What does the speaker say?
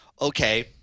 okay